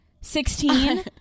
sixteen